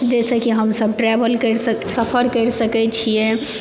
जाहिसँ कि हम सब ट्रेवल करि सकी सफर करि सकैत छियै